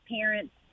parents